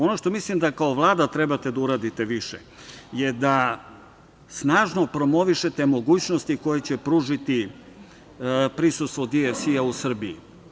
Ono što mislim da kao Vlada trebate da uradite više je da snažno promovišete mogućnosti koje će pružiti prisustvo DFC u Srbiji.